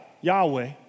Yahweh